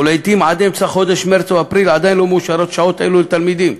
ולעתים עד אמצע חודש מרס או אפריל עדיין לא מאושרות שעות אלו לתלמידים.